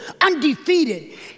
undefeated